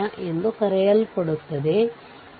3 mesh ಇದೆ